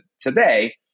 today